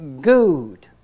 good